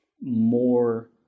more